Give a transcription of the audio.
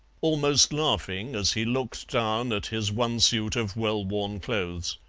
almost laughing as he looked down at his one suit of well-worn clothes.